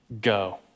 Go